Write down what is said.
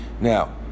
Now